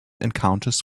encounters